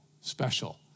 special